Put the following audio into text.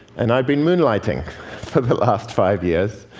and i've been moonlighting for the last five years